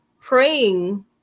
praying